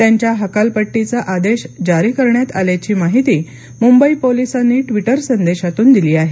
त्यांच्या हकालपट्टीचा आदेश जारी करण्यात आल्याची माहिती मुंबई पोलिसांनी ट्विटर संदेशातून दिली आहे